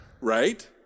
right